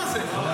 הדבר הזה,